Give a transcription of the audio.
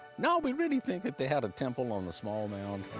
no, we really think that they had a temple on the small mound.